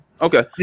Okay